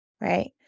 Right